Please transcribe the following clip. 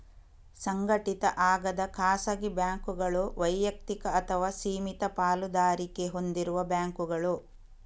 ಸಂಘಟಿತ ಆಗದ ಖಾಸಗಿ ಬ್ಯಾಂಕುಗಳು ವೈಯಕ್ತಿಕ ಅಥವಾ ಸೀಮಿತ ಪಾಲುದಾರಿಕೆ ಹೊಂದಿರುವ ಬ್ಯಾಂಕುಗಳು